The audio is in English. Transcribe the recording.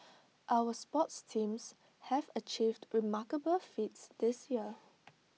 our sports teams have achieved remarkable feats this year